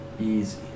Easy